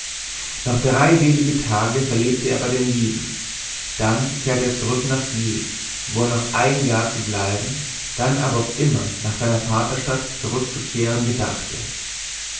noch drei selige tage verlebte er bei den lieben dann kehrte er zurück nach g wo er noch ein jahr zu bleiben dann aber auf immer nach seiner vaterstadt zurückzukehren gedachte